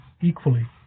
equally